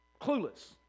clueless